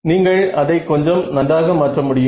நீங்கள் அதை கொஞ்சம் நன்றாக மாற்ற முடியும்